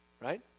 right